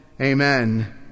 Amen